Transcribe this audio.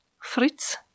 Fritz